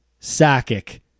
Sakic